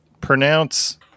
pronounce